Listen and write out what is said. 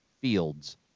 Fields